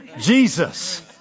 Jesus